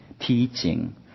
teaching